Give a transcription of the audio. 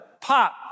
pop